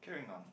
carrying on